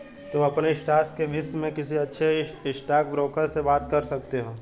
तुम अपने स्टॉक्स के विष्य में किसी अच्छे स्टॉकब्रोकर से बात कर सकते हो